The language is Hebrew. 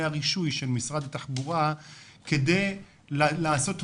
הרישוי של משרד התחבורה כדי לעשות משהו.